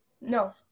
No